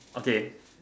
okay